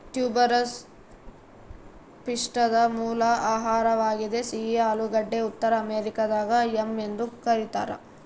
tuberous ಪಿಷ್ಟದ ಮೂಲ ಆಹಾರವಾಗಿದೆ ಸಿಹಿ ಆಲೂಗಡ್ಡೆ ಉತ್ತರ ಅಮೆರಿಕಾದಾಗ ಯಾಮ್ ಎಂದು ಕರೀತಾರ